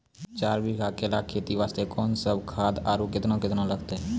चार बीघा केला खेती वास्ते कोंन सब खाद आरु केतना केतना लगतै?